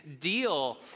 deal